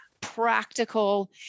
practical